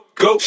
go